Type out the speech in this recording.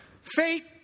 Fate